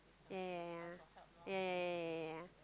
yeah yeah yeah yeah yeah yeah yeah